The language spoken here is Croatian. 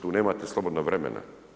Tu nemate slobodnog vremena.